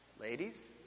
Ladies